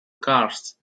cars